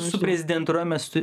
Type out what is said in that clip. su prezidentūra mes tu